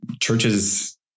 churches